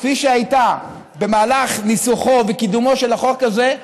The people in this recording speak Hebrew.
כפי שהייתה במהלך ניסוחו וקידומו של החוק הזה,